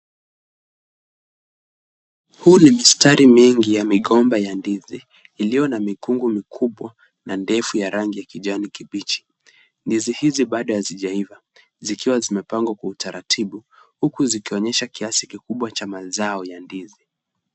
Huu ni mistari mingi ya migomba ya ndizi iliyo na mikungu mikubwa na ndefu ya rangi ya kijani kibichi. Ndizi hizi bado hazijaiva zikiwa zimepangwa kwa utaratibu huku zikionyesha kiasi kikubwa cha mazao ya ndizi.